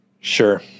Sure